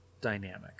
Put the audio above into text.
dynamic